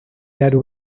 that